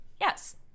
yes